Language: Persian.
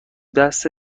دست